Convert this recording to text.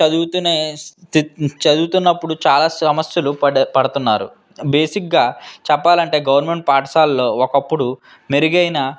చదువుతునే స్థిత్ చదువుతున్నప్పుడు చాలా సమస్యలు పడ్ పడుతున్నారు బేసిక్గా చెప్పాలంటే గవర్నమెంట్ పాఠశాలలో ఒకప్పుడు మెరుగైన